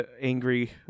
angry